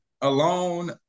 Alone